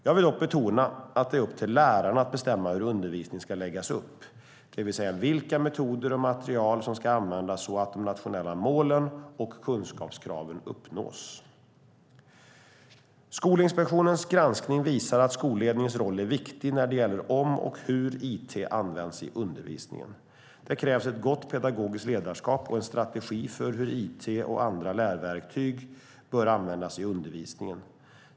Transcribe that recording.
Jag vill dock betona att det är upp till lärarna att bestämma hur undervisningen ska läggas upp, det vill säga vilka metoder och material som ska användas så att de nationella målen och kunskapskraven uppnås. Skolinspektionens granskning visar att skolledningens roll är viktig när det gäller om och hur it används i undervisningen. Det krävs ett gott pedagogiskt ledarskap och en strategi för hur it och andra lärverktyg bör användas i undervisningen.